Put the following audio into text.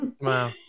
wow